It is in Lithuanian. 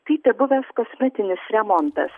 tai tebuvęs kosmetinis remontas